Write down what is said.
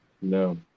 No